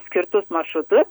skirtus maršrutu